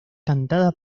cantada